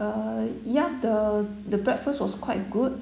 uh ya the the breakfast was quite good